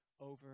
over